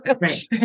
Right